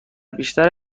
بیشتر